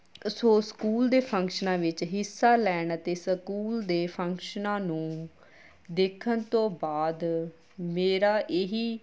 ਸੋ school ਦੇ ਫੰਕਸ਼ਨਾਂ ਵਿੱਚ ਹਿੱਸਾ ਲੈਣ ਅਤੇ ਸਕੂਲ ਦੇ ਫੰਕਸ਼ਨਾਂ ਨੂੰ ਦੇਖਣ ਤੋਂ ਬਾਅਦ ਮੇਰਾ ਇਹੀ